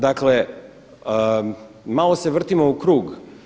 Dakle, malo se vrtimo u krug.